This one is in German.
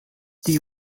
die